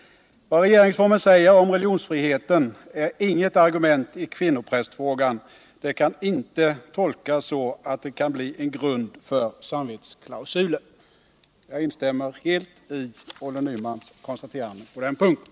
Vad regeringsformen säger om religionsfriheten är inget argument i kvinnoprästfrågan. Det kan inte tolkas så att det blir en grund för samvetsklausulen.” Jag instämmer helt i Olle Nymans konstaterande på den punkten.